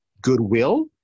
goodwill